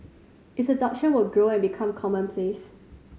its adoption will grow and become commonplace